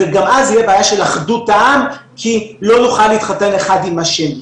וגם אז תהיה בעיה של אחדות העם כי לא נוכל להתחתן אחד עם השני.